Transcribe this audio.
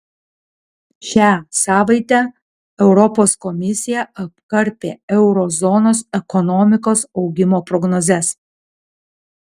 šią savaitę europos komisija apkarpė euro zonos ekonomikos augimo prognozes